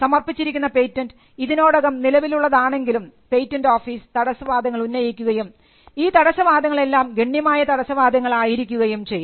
സമർപ്പിച്ചിരിക്കുന്ന പേറ്റന്റ് ഇതിനോടകം നിലവിലുള്ളതാണെങ്കിലും പേറ്റന്റ് ഓഫീസ് തടസ്സവാദങ്ങൾ ഉന്നയിക്കുകയും ഈ തടസ്സവാദങ്ങൾ എല്ലാം ഗണ്യമായ തടസ്സവാദങ്ങൾ ആയിരിക്കുകയും ചെയ്യും